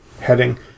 heading